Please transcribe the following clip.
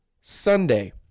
sunday